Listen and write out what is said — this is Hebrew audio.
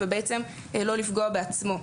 ובעצם לא לפגוע בעצמו.